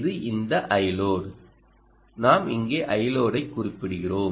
இது இந்த Iload நாம் இங்கே Iload ஐக் குறிப்பிடுகிறோம்